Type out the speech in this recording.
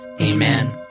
Amen